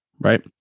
right